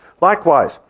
Likewise